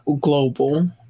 global